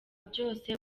byose